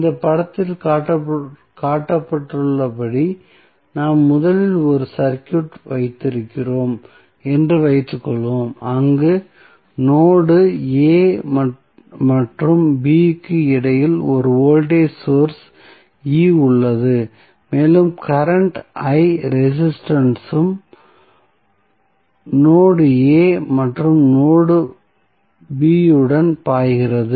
இந்த படத்தில் காட்டப்பட்டுள்ளபடி நாம் முதலில் ஒரு சர்க்யூட் வைத்திருக்கிறோம் என்று வைத்துக்கொள்வோம் அங்கு நோடு a மற்றும் b க்கு இடையில் ஒரு வோல்டேஜ் சோர்ஸ் E உள்ளது மேலும் கரண்ட் I ரெசிஸ்டன்ஸ் இலும் நோடு a மற்றும் b உடன் பாய்கிறது